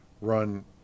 run